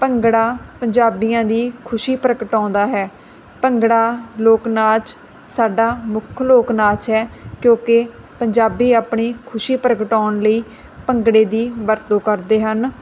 ਭੰਗੜਾ ਪੰਜਾਬੀਆਂ ਦੀ ਖੁਸ਼ੀ ਪ੍ਰਗਟਾਉਂਦਾ ਹੈ ਭੰਗੜਾ ਲੋਕ ਨਾਚ ਸਾਡਾ ਮੁੱਖ ਲੋਕ ਨਾਚ ਹੈ ਕਿਉਂਕਿ ਪੰਜਾਬੀ ਆਪਣੀ ਖੁਸ਼ੀ ਪ੍ਰਗਟਾਉਣ ਲਈ ਭੰਗੜੇ ਦੀ ਵਰਤੋਂ ਕਰਦੇ ਹਨ